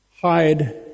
hide